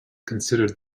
considered